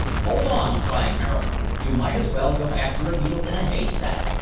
hold on, cried harold you might as well go after a needle in a haystack,